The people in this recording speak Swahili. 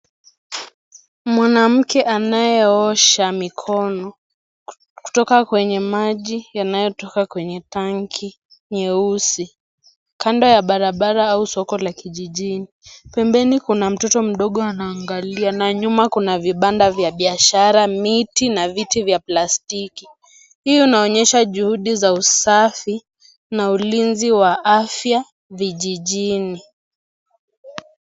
Mwanamke anayeosha mkono kutoka kwenye maji yanayotoka kwenye tanki nyeusi . Kando ya barabara au soko la kijijini. Pembeni kuna mtoto anaangalia na nyuma Kuna vibanda vya biashara miti na viti za plasitiki . Hii inaonyesha juhudi za usafi na ulinzi wa afya vijijini.